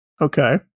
Okay